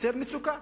יוצר מצוקה.